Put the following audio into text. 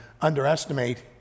underestimate